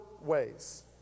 ways